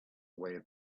way